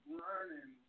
learning